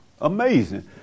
Amazing